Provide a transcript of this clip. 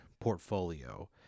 portfolio